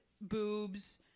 boobs